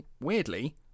weirdly